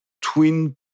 twin